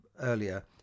earlier